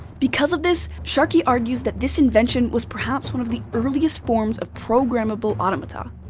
because of this, sharkey argues that this invention was perhaps one of the earliest forms of programmable automata.